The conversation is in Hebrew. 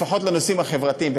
לפחות לנושאים החברתיים,